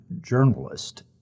journalist